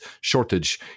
shortage